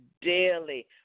daily